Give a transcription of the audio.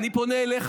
אתה פונה אליי.